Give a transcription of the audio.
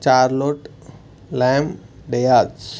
Charlotte Lamb Diaz